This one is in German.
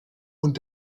und